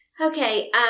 Okay